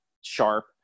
sharp